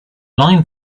line